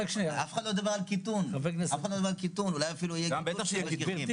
אף אחד לא דיבר על קיטון, בטח שיהיו קיצוצים.